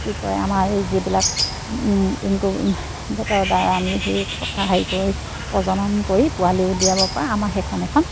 কি কয় আমাৰ যিবিলাক বেতৰদ্বাৰা আমি সেই কথা হেৰি কৰি প্ৰজনন কৰি পোৱালি উলিয়াব পৰা আমাৰ সেইখন এখন